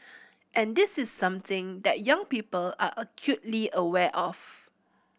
and this is something that young people are acutely aware of